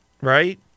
Right